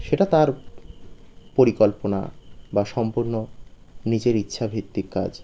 সেটা তার পরিকল্পনা বা সম্পূর্ণ নিজের ইচ্ছাভিত্তিক কাজ